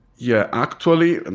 yeah. actually, and